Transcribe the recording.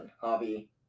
hobby